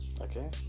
Okay